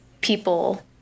people